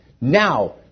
now